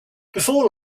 before